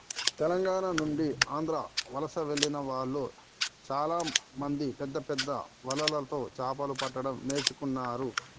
తెలంగాణ నుండి ఆంధ్ర వలస వెళ్లిన వాళ్ళు చాలామంది పెద్దపెద్ద వలలతో చాపలు పట్టడం నేర్చుకున్నారు